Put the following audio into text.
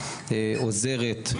עוזרת,